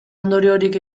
ondoriorik